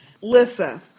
Lissa